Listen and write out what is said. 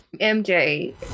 MJ